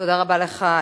תודה רבה לך,